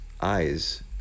eyes